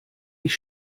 ich